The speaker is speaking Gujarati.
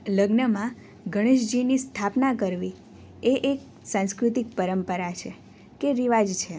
લગ્નમાં ગણેશજીની સ્થાપના કરવી એ એક સાંસ્કૃતિક પરંપરા છે કે રિવાજ છે